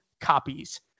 copies